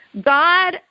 God